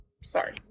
Sorry